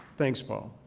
thanks, paul.